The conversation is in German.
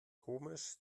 komisch